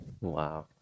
wow